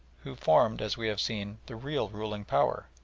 who formed, as we have seen, the real ruling power,